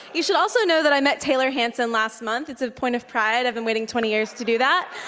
you should also know that i met taylor hanson last month. it's a point of pride. i've been waiting twenty years to do that.